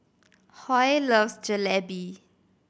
Hoy loves Jalebi